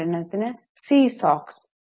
ഉദാഹരണത്തിന് C socks